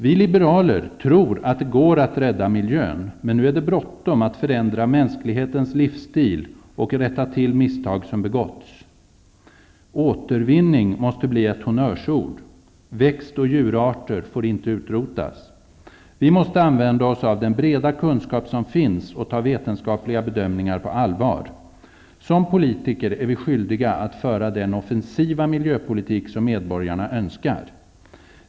Vi liberaler tror att det går att rädda miljön, men nu är det bråttom att förändra mänsklighetens livsstil och rätta till misstag som begåtts. Återvinning måste bli ett honnörsord. Växt och djurarter får inte utrotas. Vi måste använda oss av den breda kunskap som finns och ta vetenskapliga bedömningar på allvar. Som politiker är vi skyldiga att föra den offensiva miljöpolitik som medborgarna önskar.